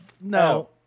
no